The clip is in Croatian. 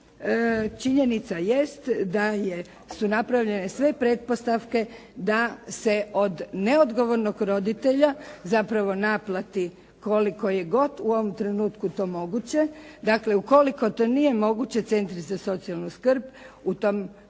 činjenica jest da su napravljene sve pretpostavke da se od neodgovornog roditelja zapravo naplati koliko je god u ovom trenutku to moguće, dakle ukoliko to nije moguće, centri za socijalnu skrb u tom prostoru